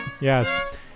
Yes